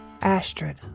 Astrid